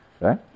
right